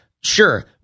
sure